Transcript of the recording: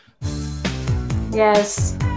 Yes